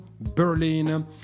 Berlin